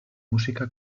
música